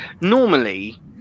Normally